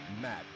Matt